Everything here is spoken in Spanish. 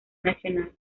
nacional